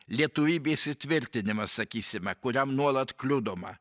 lietuvybės įtvirtinimas sakysime kuriam nuolat kliudoma